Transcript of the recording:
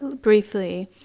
briefly